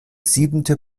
siebente